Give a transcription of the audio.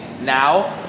now